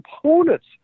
components